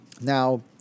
Now